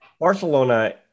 Barcelona